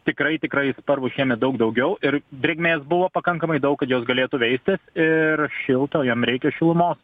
tikrai tikrai sparvų šiemet daug daugiau ir drėgmės buvo pakankamai daug kad jos galėtų veistis ir šilto jom reikia šilumos